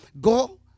Go